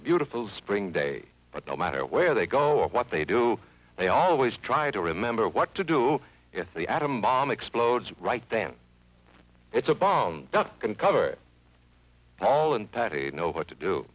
a beautiful spring day but no matter where they go or what they do they always try to remember what to do if the atom bomb explodes right then it's a bomb can cover paul and patty know what to do